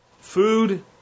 food